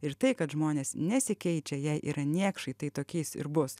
ir tai kad žmonės nesikeičia jie yra niekšai tai tokiais ir bus